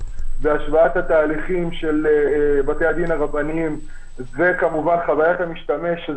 השוואת התהליכים של בתי-הדין הרבניים וכמובן חוויית המשתמש,